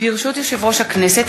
ברשות יושב-ראש הכנסת,